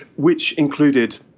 which included,